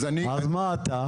אז מה אתה?